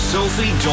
Sophie